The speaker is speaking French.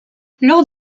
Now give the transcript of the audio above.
lors